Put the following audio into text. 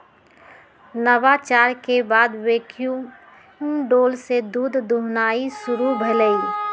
नवाचार के बाद वैक्यूम डोल से दूध दुहनाई शुरु भेलइ